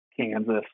Kansas